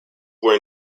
were